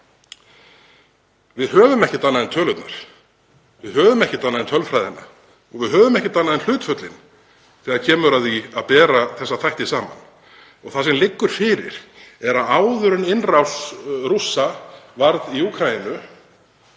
Við höfum ekkert annað en tölurnar. Við höfum ekkert annað en tölfræðina og við höfum ekkert annað en hlutföllin þegar kemur að því að bera þessa þætti saman. Það sem liggur fyrir er að áður en innrás Rússa varð í Úkraínu